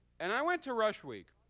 and i went to rush week.